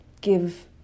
give